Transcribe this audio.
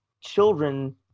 children